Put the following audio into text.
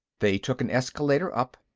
they took an escalator up.